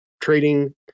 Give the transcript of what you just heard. trading